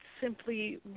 simply